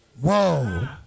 Whoa